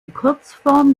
kurzform